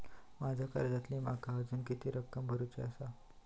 माझ्या कर्जातली माका अजून किती रक्कम भरुची लागात?